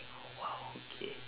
!wow! okay